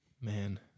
Man